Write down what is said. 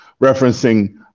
referencing